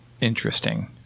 interesting